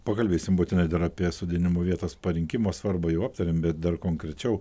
pakalbėsim būtinai dar apie sodinimo vietos parinkimo svarbą jau aptarėm bet dar konkrečiau